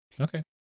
Okay